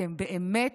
אתם באמת